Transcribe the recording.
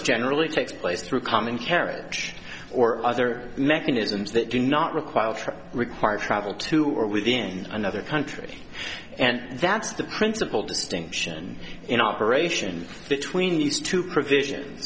generally takes place through common carriage or other mechanisms that do not require require travel to or within another country and that's the principle distinction in operation between these two provision